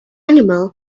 animals